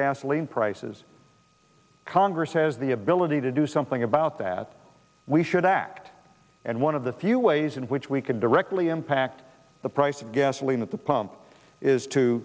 gasoline prices congress has the ability to do something about that we should act and one of the few ways in which we can directly impact the price of gasoline at the pump is to